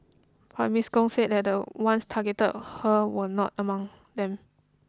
but Miss Gong said the ones who targeted her were not among them